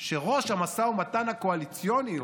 שראש המשא ומתן הקואליציוני,